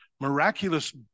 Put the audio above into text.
miraculous